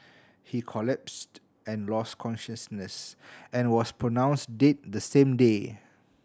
he collapsed and lost consciousness and was pronounce dead the same day